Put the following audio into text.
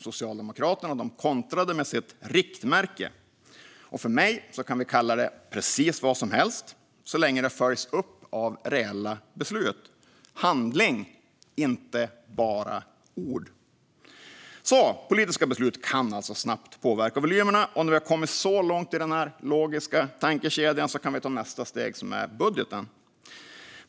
Socialdemokraterna kontrade med sitt riktmärke. För min del kan vi kalla det precis vad som helst så länge det följs upp av reella beslut - av handling och inte bara av ord. Politiska beslut kan alltså snabbt påverka volymerna. När vi har kommit så långt i den logiska tankekedjan kan vi ta nästa steg, vilket är budgeten.